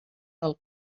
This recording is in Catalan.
del